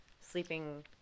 sleeping